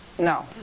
No